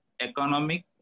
economic